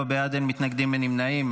24 בעד, אין מתנגדים, אין נמנעים.